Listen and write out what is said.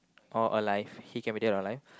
or alive he can be dead or alive